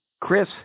Chris